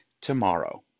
tomorrow